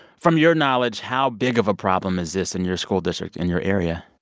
from your knowledge, how big of a problem is this in your school district, in your area?